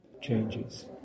changes